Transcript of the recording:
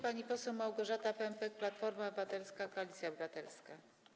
Pani poseł Małgorzata Pępek, Platforma Obywatelska - Koalicja Obywatelska.